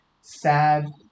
sad